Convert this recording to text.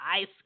ice